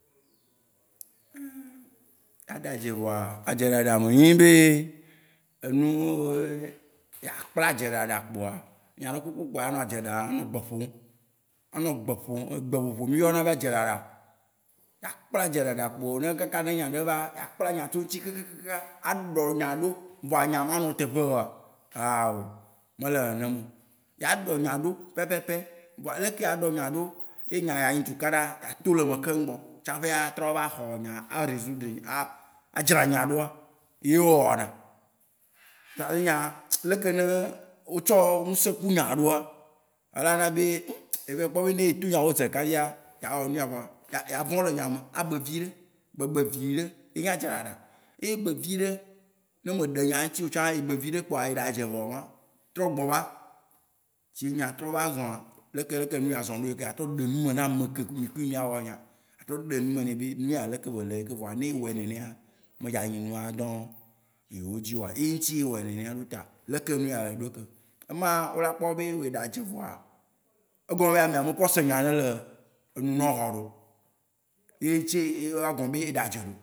aɖa adze vɔa, adze ɖaɖa me nyi be enu yea kpla adze ɖaɖa kpoa, enya ɖe kpekpe kpoa anɔ adze ɖa anɔ gbe ƒom oo. Anɔ gbe ƒom, egbe ƒoƒo mí yɔna be adze ɖaɖa. Akpla adze ɖaɖa kpo ne kaka ne enya ɖe va, akpla nya tso ŋutsi kaka kaka aɖɔ nya ɖo, vɔa enya ma nɔ e teƒe oa, awoo, me le nenema oo. Yea ɖɔ nya ɖo pɛpɛpɛ, vɔa leke yea ɖɔ nya ɖo ye nya ya nyi tukaɖa be ato le eme kemgbɔ, tsaƒe a trɔ va xɔ wò me a résoudre nya, a dzra nya ɖoa, eye wó wɔna. leke ne wó tsɔ nusẽ ku nya ɖoa, ela na be, evayi kpɔ be ne ye to nyawo zeɖeka fia, yea wɔ nuya vɔa, yea vɔ̃ le nya me. a be viɖe. Bebe viɖe ye nye adze ɖaɖa. Eyi ye ebe viɖe, ne me ɖo nya ŋutsio tsã, ebe viɖe kpoa, eɖa adze vɔ yewan. Trɔ gbɔ va, tsi nya trɔ va zɔna. Leke leke enu ya zɔ̃ ɖo eyi ke. A trɔ ɖe nume ne ame ke mì kui mìa wɔ nya. Atrɔ ɖe nu me nɛ be nuya leke be le eyi ke. Vɔa ne ye wɔe nenea, me dza nyi nu a dɔ̃ yewó dzi oa, ye ŋutsi ye yewɔ nenea ɖo ta, leke nu ya le ɖo ye ke. Ema, wó la kpɔ be le ɖa adze vɔa, egɔ me enye be amea me kpɔ se nya ɖe le nu nawò haɖeo. Ye ŋutsi ye wóa gblɔ be eɖa adze ɖo.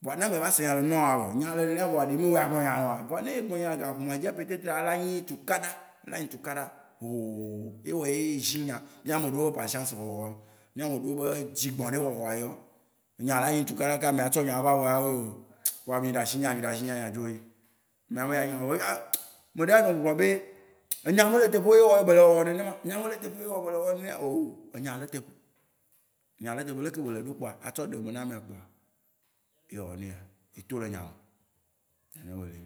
Kpoa ne amea va se nya le nu nawòa, abe oo, enya le nenea vɔa ɖe, me woe aglɔ nya ma. Koa ne egblɔ nya ga ƒoƒo ma dzia, peut-être a ela nyi tukaɖa. Ela nyi tukaɖa hohohohoho. Ye wɔ ye ye zĩ nya. Mía ame ɖewoa patience xɔxɔ, mía ame ɖewo be dzi gbɔ̃ ɖi xɔxɔa yewan. Enya la nyi tukaɖa kaka amea la tsɔ nya la va vɔa, ela be oo, kpɔ mì ɖa shi nya, mì ɖa shi nya mìa dzo yi. Ameɖe la nɔ gbɔgblɔ be enya me le eteƒe oo, ye wɔ ye be le wɔwɔ nenema. Enya me le eteƒe oo, ye wɔ ye ye le wɔwɔ nenea. Oo enya le eteƒe. Enya le eteƒe. Ɖeke be le ɖo kpoa, atrɔ ɖe eme ne amea, ewɔ nuya, eto le nya me. Nene be le yewan.